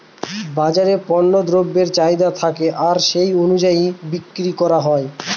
বাজারে পণ্য দ্রব্যের চাহিদা থাকে আর সেটা অনুযায়ী বিক্রি করা হয়